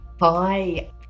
Hi